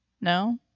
No